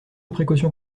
précautions